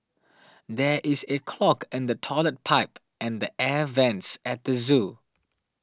there is a clog in the Toilet Pipe and the Air Vents at the zoo